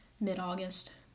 mid-August